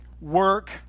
work